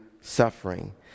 suffering